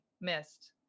missed